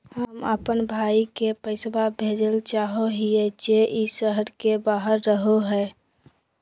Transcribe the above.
हम अप्पन भाई के पैसवा भेजल चाहो हिअइ जे ई शहर के बाहर रहो है